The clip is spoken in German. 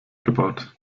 gebaut